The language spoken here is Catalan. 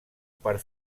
per